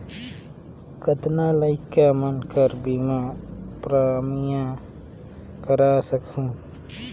कतना लइका मन कर बीमा प्रीमियम करा सकहुं?